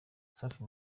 safi